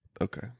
Okay